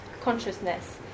consciousness